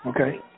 Okay